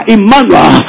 Emmanuel